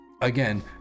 again